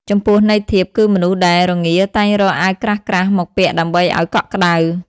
ចំពោះន័យធៀប គឺមនុស្សដែលរងាតែងរកអាវក្រាស់ៗមកពាក់ដើម្បីឲ្យកក់ក្ដៅ ។